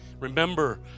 Remember